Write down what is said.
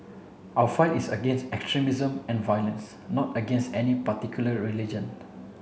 our fight is against extremism and violence not against any particular religion